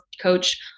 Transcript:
coach